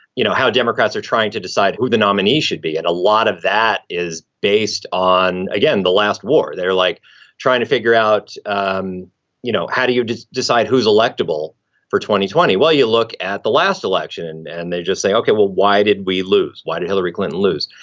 you know, how democrats are trying to decide who the nominee should be. and a lot of that is based on, again, the last war they're like trying to figure out, um you know, how do you just decide who's electable for twenty twenty while you look at the last election? and and they just say, okay, well, why did we lose? why did hillary clinton lose?